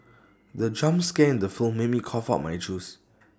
the jump scare in the film made me cough out my juice